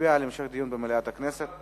מצביע על המשך דיון במליאת הכנסת.